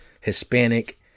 Hispanic